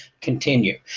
continue